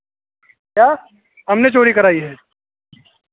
क्या हमने चोरी कराई है